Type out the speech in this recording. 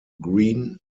green